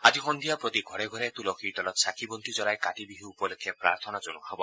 আজি সন্ধিয়া প্ৰতি ঘৰে ঘৰে তুলসীৰ তলত চাকি বন্তি জুলাই কাতি বিহু উপলক্ষে প্ৰাৰ্থনা জনোৱা হ'ব